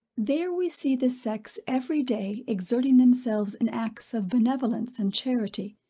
there we see the sex every day exerting themselves in acts of benevolence and charity,